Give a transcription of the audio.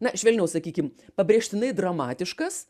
na švelniau sakykim pabrėžtinai dramatiškas